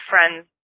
friends